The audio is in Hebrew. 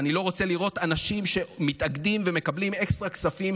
ואני לא רוצה לראות אנשים שמתאגדים ומקבלים אקסטרה כספים